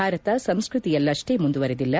ಭಾರತ ಸಂಸ್ಕೃತಿಯಲ್ಲಷ್ಷೇ ಮುಂದುವರೆದಿಲ್ಲ